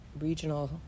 regional